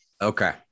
Okay